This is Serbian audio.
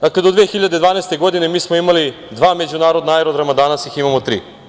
Do 2012. godine mi smo imali dva međunarodna aerodroma danas ih imamo tri.